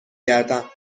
گردم